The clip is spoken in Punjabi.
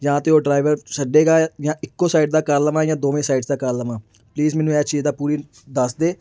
ਜਾਂ ਤਾਂ ਉਹ ਡਰਾਈਵਰ ਛੱਡੇਗਾ ਜਾਂ ਇੱਕੋ ਸਾਈਡ ਦਾ ਕਰ ਲਵਾਂ ਜਾਂ ਦੋਵੇਂ ਸਾਈਡਸ ਦਾ ਕਰ ਲਵਾਂ ਪਲੀਜ਼ ਮੈਨੂੰ ਇਹ ਚੀਜ਼ ਦਾ ਪੂਰੀ ਦੱਸਦੇ